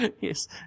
Yes